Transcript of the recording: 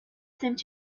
seemed